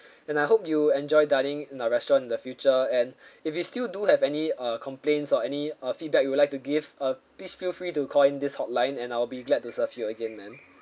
and I hope you enjoy dining in our restaurant in the future and if you still do have any uh complaints or any uh feedback you would like to give uh please feel free to call in this hotline and I'll be glad to serve you again ma'am